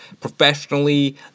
professionally